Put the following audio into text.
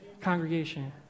congregation